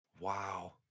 wow